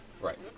right